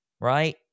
right